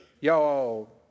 Y'all